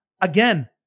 Again